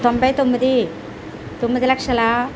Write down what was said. తొంభై తొమ్మిది తొమ్మిది లక్షల